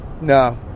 no